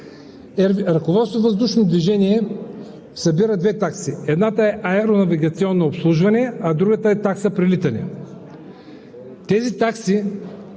„Ръководство въздушно движение“, което събира две такси – една е „Аеронавигационно обслужване“, а другата е такса „Прелитане“. Тези такси,